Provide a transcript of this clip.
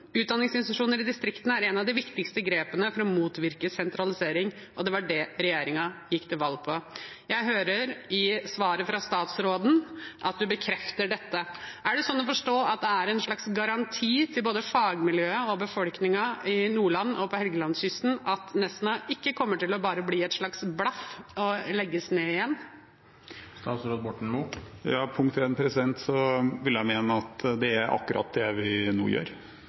Utdanningsinstitusjoner i distriktene er et av de viktigste grepene for å motvirke sentralisering, og det var det regjeringen gikk til valg på. Jeg hører i svaret fra statsråden at han bekrefter dette. Er det sånn å forstå at det er en slags garanti til både fagmiljøet og befolkningen i Nordland og på Helgelandskysten at Nesna ikke bare kommer til å bli et slags blaff og legges ned igjen? Punkt én: Jeg vil mene at det er akkurat det vi nå gjør.